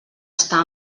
estar